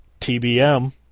TBM